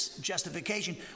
justification